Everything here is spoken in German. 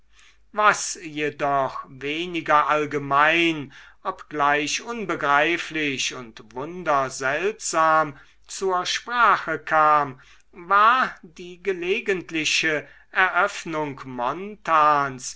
was jedoch weniger allgemein obgleich unbegreiflich und wunderseltsam zur sprache kam war die gelegentliche eröffnung